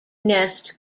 nest